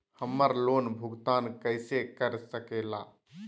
हम्मर लोन भुगतान कैसे कर सके ला?